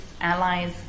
allies